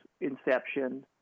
inception